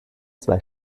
zwei